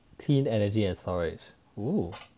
clean energy and storage oo